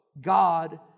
God